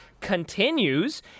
Continues